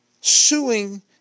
suing